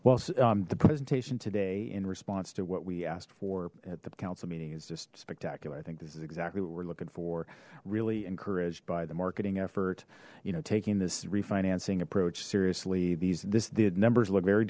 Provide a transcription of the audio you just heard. well the presentation today in response to what we asked for at the council meeting is just spectacular i think this is exactly what we're looking for really encouraged by the marketing effort you know taking this refinancing approach seriously these this the numbers look very